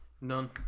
None